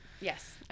yes